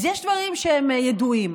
אז יש דברים שהם ידועים.